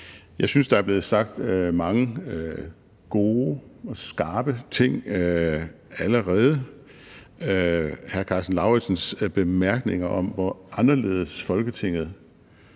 Jeg synes, at der er blevet sagt mange gode og skarpe ting allerede. Karsten Lauritzens bemærkninger om, hvor anderledes Folketinget